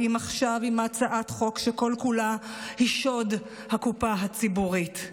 באים עכשיו עם הצעת חוק שכל-כולה היא שוד הקופה הציבורית.